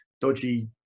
dodgy